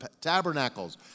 tabernacles